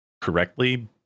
correctly